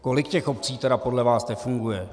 Kolik těch obcí tedy podle vás nefunguje?